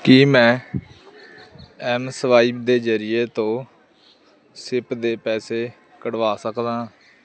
ਕੀ ਮੈਂ mSwipe ਦੇ ਜਰੀਏ ਤੋਂ ਸਿਪ ਦੇ ਪੈਸੇ ਕੱਢਵਾ ਸਕਦਾ ਹਾਂ